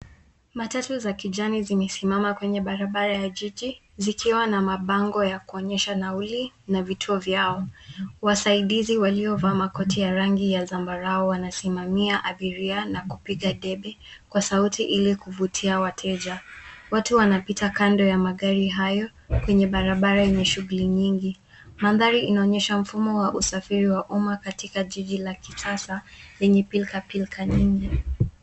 Matatu za kijani zimesimama kwenye barabara ya jiji, zikiwa na mabango ya kuonyesha nauli na vituo vyao. Wasaidizi waliovaa makoti ya rangi ya zambarau, wanasimamia abiria na kupiga debe kwa sauti ili kuvutia wateja. Watu wanapita kando ya magari hayo, kwenye barabara yenye shughuli nyingi. Mandhari inaonyesha mfumo wa usafiri wa umma katika jiji la kisasa, lenye pilkapilka nyingi.